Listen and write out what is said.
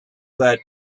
that